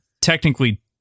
technically